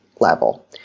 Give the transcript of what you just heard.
level